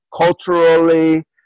culturally